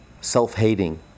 self-hating